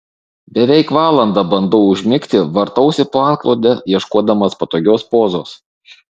beveik valandą bandau užmigti vartausi po antklode ieškodamas patogios pozos